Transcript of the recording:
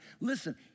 Listen